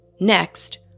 Next